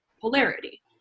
polarity